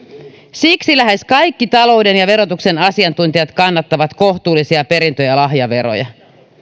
siksi lähes kaikki talouden ja verotuksen asiantuntijat kannattavat kohtuullisia perintö ja lahjaveroja